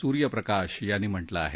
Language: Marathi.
सूर्यप्रकाश यांनी म्हटलं आहे